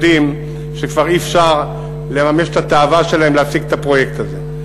יודעים שכבר אי-אפשר לממש את התאווה שלהם להפסיק את הפרויקט הזה.